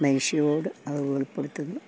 മനുഷ്യരോട് അത് വെളിപ്പെടുത്തുന്നു